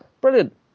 Brilliant